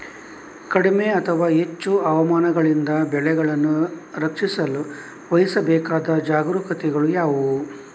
ಕಡಿಮೆ ಅಥವಾ ಹೆಚ್ಚು ಹವಾಮಾನಗಳಿಂದ ಬೆಳೆಗಳನ್ನು ರಕ್ಷಿಸಲು ವಹಿಸಬೇಕಾದ ಜಾಗರೂಕತೆಗಳು ಯಾವುವು?